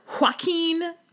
joaquin